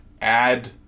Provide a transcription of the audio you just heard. add